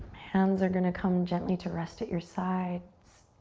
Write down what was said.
hands are gonna come gently to rest at your sides,